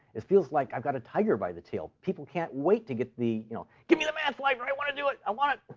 it feels like i've got a tiger by the tail. people can't wait to get the y'know give me the math library want to do it! i want it!